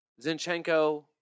Zinchenko